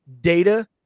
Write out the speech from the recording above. data